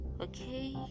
Okay